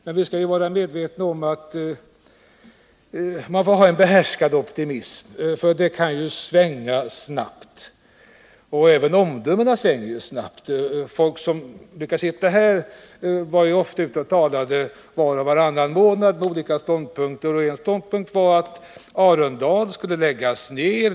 Men vi får nog trots allt hysa en behärskad optimism, för det kan ju svänga snabbt. Även omdömena svänger snabbt. Innan man satsade på detta redovisades från politikerna här olika ståndpunkter var och varannan månad. En ståndpunkt var att Arendal skulle läggas ner.